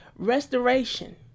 Restoration